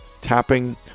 tapping